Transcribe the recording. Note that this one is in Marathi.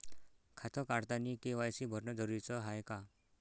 खातं काढतानी के.वाय.सी भरनं जरुरीच हाय का?